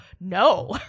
no